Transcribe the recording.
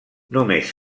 només